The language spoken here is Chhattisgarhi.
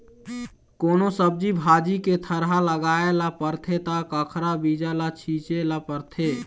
कोनो सब्जी भाजी के थरहा लगाए ल परथे त कखरा बीजा ल छिचे ल परथे